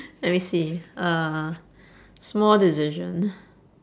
let me see uh small decision